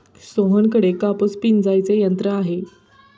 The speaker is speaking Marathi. सोहनकडे कापूस पिंजायचे यंत्र आहे